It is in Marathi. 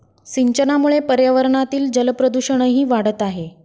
सिंचनामुळे पर्यावरणातील जलप्रदूषणही वाढत आहे